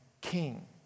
king